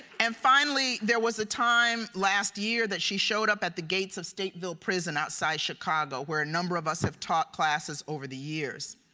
and finally, there was a time, last year, that she showed up at the gates of stateville prison outside chicago where a number of us have taught classes over the years.